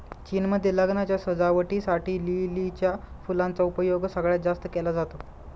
चीन मध्ये लग्नाच्या सजावटी साठी लिलीच्या फुलांचा उपयोग सगळ्यात जास्त केला जातो